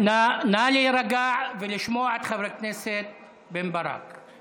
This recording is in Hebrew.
נא להירגע ולשמוע את חבר הכנסת רם בן ברק.